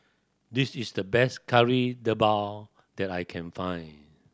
this is the best Kari Debal that I can find